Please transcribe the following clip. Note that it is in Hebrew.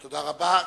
תודה רבה.